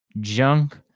junk